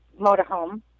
motorhome